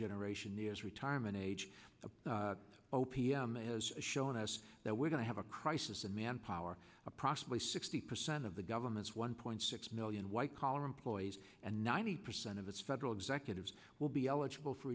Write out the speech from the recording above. generation nears retirement age of o p m has shown us that we're going to have a crisis in manpower approximately sixty percent of the government's one point six million white collar employees and ninety percent of its federal executives will be eligible for